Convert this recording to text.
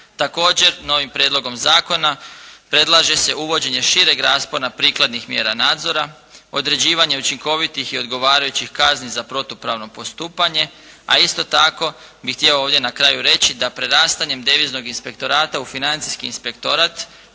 Također novim prijedlogom zakona predlaže se uvođenje šireg raspona prikladnih mjera nadzora, određivanje učinkovitih i odgovarajućih kazni za protupravno postupanje a isto tako bih htio ovdje na kraju reći da prerastanjem Deviznog inspektorata u Financijski inspektorat